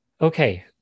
Okay